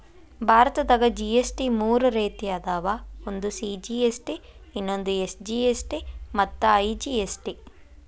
ಭಾರತದಾಗ ಜಿ.ಎಸ್.ಟಿ ಮೂರ ರೇತಿ ಅದಾವ ಒಂದು ಸಿ.ಜಿ.ಎಸ್.ಟಿ ಇನ್ನೊಂದು ಎಸ್.ಜಿ.ಎಸ್.ಟಿ ಮತ್ತ ಐ.ಜಿ.ಎಸ್.ಟಿ